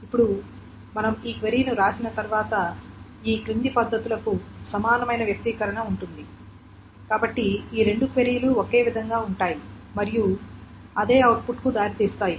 ఇప్పుడు మనం ఈ క్వెరీ ను వ్రాసిన తర్వాత ఈ క్రింది పద్ధతులకు సమానమైన వ్యక్తీకరణ ఉంటుంది కాబట్టి ఈ రెండు క్వెరీలు ఒకే విధంగా ఉంటాయి మరియు అదే అవుట్పుట్ కు దారి తీస్తాయి